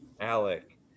Alec